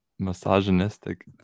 misogynistic